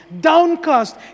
downcast